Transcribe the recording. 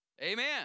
Amen